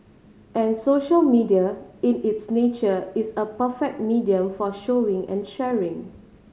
and social media in its nature is a perfect medium for showing and sharing